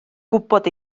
gwybod